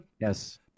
Yes